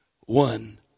one